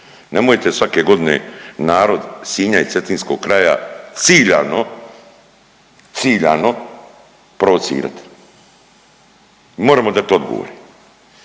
Nemojte svake godine narod Sinja i Cetinskog kraja ciljano, ciljano provocirat. Moramo dat odgovore,